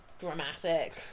dramatic